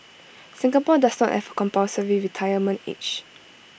Singapore does not A compulsory retirement age